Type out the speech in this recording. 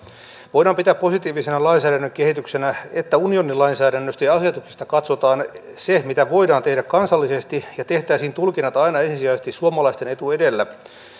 voidaan pitää positiivisena lainsäädännön kehityksenä että unionin lainsäädännöstä ja asetuksista katsotaan se mitä voidaan tehdä kansallisesti ja tehtäisiin tulkinnat aina ensisijaisesti suomalaisten etu edellä